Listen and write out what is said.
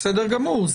בסדר גמור.